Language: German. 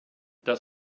das